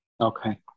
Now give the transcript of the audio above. Okay